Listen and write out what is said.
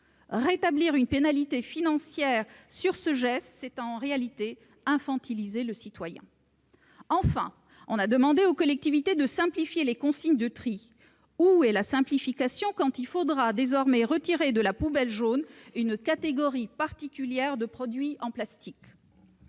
Rétablir une pénalité financière sur ce geste, c'est en réalité infantiliser le citoyen. Enfin, on a demandé aux collectivités de simplifier les consignes de tri. Où est la simplification quand il faudra désormais retirer de la poubelle jaune une catégorie particulière de produits en plastique ?